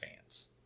fans